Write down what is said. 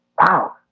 Wow